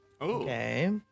Okay